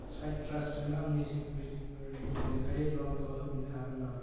साइट्रासजों आंनि सिकिउरिटिफोरनि बेरेखायै ल'नखौ होफिननो हागोन नामा